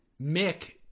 Mick